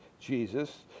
Jesus